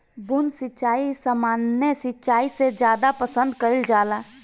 बूंद सिंचाई सामान्य सिंचाई से ज्यादा पसंद कईल जाला